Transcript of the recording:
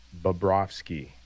Bobrovsky